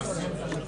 ספציפית.